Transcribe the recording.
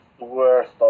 worst